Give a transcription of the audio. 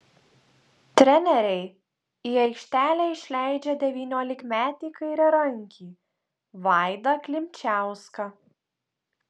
treneriai į aikštelę išleidžia devyniolikmetį kairiarankį vaidą klimčiauską